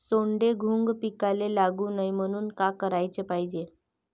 सोंडे, घुंग पिकाले लागू नये म्हनून का कराच पायजे?